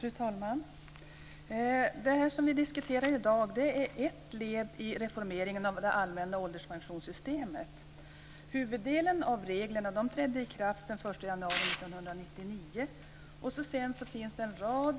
Fru talman! Det vi diskuterar i dag är ett led i reformeringen av det allmänna ålderspensionssystemet. 1999. Sedan finns det en rad